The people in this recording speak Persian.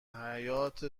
حیاط